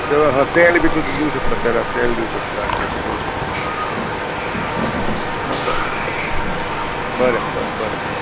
तेल बी तूं दिवं शकता तेल तेल दिवं शकता बी हां हां बरें बरें